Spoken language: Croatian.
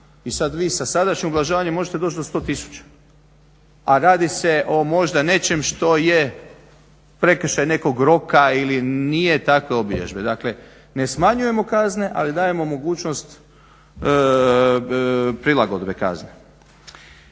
i sad vi sa sadašnjim ublažavanjem možete doći do 100 tisuća, a radi se o možda nečem što je prekršaj nekog roka ili nije takve obilježbe. Dakle ne smanjujemo kazne, ali dajemo mogućnost prilagodbe kazne.